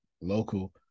local